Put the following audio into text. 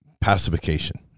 pacification